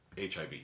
HIV